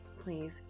please